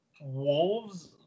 wolves